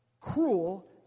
Cruel